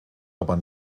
aber